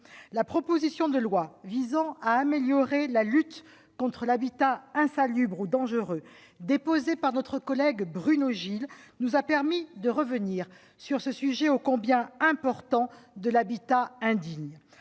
La proposition de loi visant à améliorer la lutte contre l'habitat insalubre ou dangereux, déposée par notre collègue Bruno Gilles, nous a permis de revenir sur ce sujet- ô combien important ! -de l'habitat indigne.